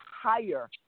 higher